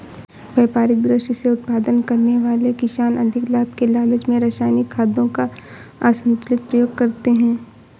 व्यापारिक दृष्टि से उत्पादन करने वाले किसान अधिक लाभ के लालच में रसायनिक खादों का असन्तुलित प्रयोग करते हैं